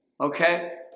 Okay